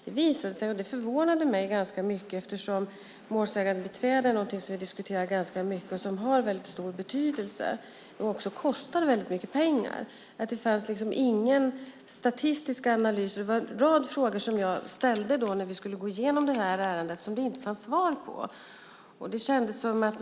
Det visade sig - och det förvånade mig ganska mycket, eftersom målsägandebiträden är något vi diskuterar ganska mycket, som har väldigt stor betydelse och som också kostar väldigt mycket pengar - att det inte fanns någon statistisk analys. En rad frågor som jag ställde när vi skulle gå igenom det här ärendet fanns det inga svar på.